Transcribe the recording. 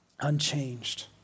unchanged